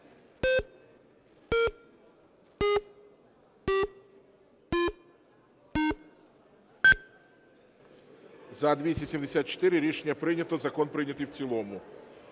За-274 Рішення прийнято. Закон прийнятий в цілому.